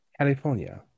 California